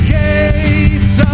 gates